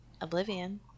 Oblivion